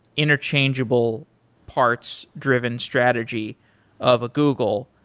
interchangeable parts driven strategy of a google,